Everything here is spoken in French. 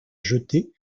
jetée